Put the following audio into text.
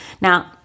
Now